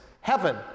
Heaven